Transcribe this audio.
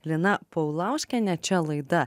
lina paulauskienė čia laida